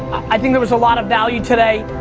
i think there was a lot of value today,